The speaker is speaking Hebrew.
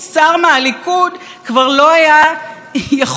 בכלל להאריך לו כהונה בלי להיסקל בעצמו.